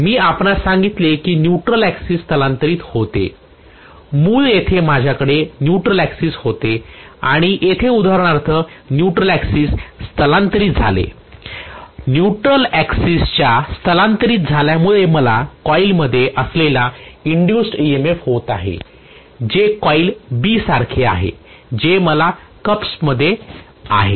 मी आपणास सांगितले आहे की न्यूट्रल ऍक्सिस स्थलांतरित होते मूळ येथे माझ्याकडे न्यूट्रल ऍक्सिस होते आणि येथे उदाहरणार्थ न्यूट्रल ऍक्सिस स्थलांतरित झाले न्यूट्रल ऍक्सिस स्थलांतरित झाल्यामुळे मला कॉईलमध्ये असलेला इंड्यूज्ड EMF होत आहे जे कॉइल Bसारखे आहे जे कसप मध्ये आहे